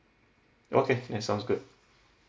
okay that sounds good